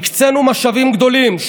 הקצינו משאבים גדולים,